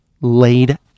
laid